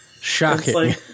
shocking